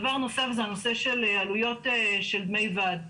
דבר נוסף זה הנושא של עלויות של דמי ועד.